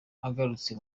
agarutse